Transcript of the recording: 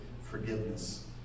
forgiveness